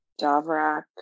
Davrak